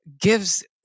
gives